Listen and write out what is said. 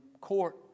Court